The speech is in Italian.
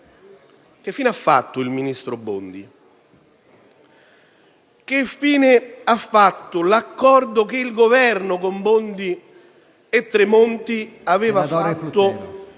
che fine ha fatto il ministro Bondi? Che fine ha fatto l'accordo che il Governo, con Bondi e Tremonti, aveva stretto